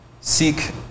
seek